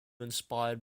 inspired